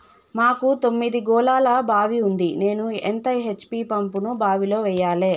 మాకు తొమ్మిది గోళాల బావి ఉంది నేను ఎంత హెచ్.పి పంపును బావిలో వెయ్యాలే?